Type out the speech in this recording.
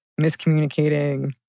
miscommunicating